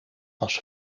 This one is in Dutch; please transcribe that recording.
was